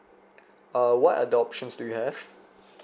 uh what are the options do you have